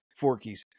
forkies